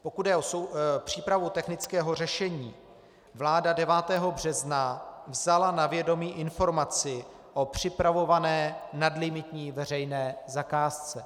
Pokud jde o přípravu technického řešení, vláda 9. března vzala na vědomí informaci o připravované nadlimitní veřejné zakázce.